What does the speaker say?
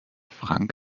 frank